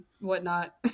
whatnot